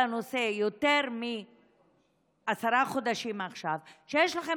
אחר הנושא יותר מעשרה חודשים עכשיו שיש לכם